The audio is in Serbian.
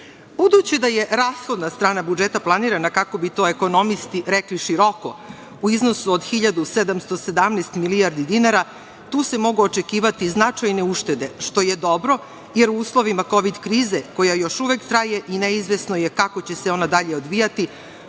da je rashodna strana budžeta planirana, kako bi to ekonomisti rekli, široko, u iznosu od 1.717 milijardi dinara, tu se mogu očekivati značajne uštede, što je dobro, jer u uslovima kovid krize, koja još uvek traje i neizvesno je kako će se ona dalje odvijati,